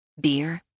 Beer